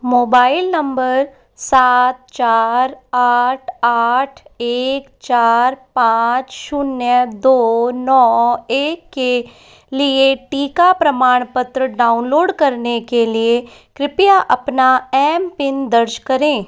mobile number सात चार आठ आठ एक चार पाँच शून्य दो नौ एक के लिए टीका प्रमाणपत्र डाउनलोड करने के लिए कृपया अपना एम पिन दर्ज करें